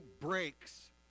breaks